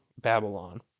Babylon